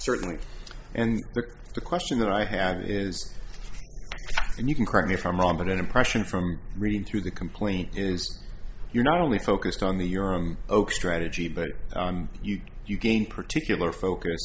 certainly and the question that i have is and you can correct me if i'm wrong but an impression from reading through the complaint is you're not only focused on the oak strategy but you you gain particular focus